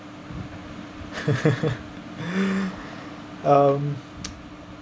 um